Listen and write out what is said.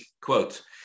quote